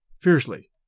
fiercely